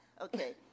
okay